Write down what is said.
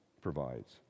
provides